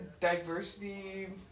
diversity